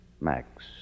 Max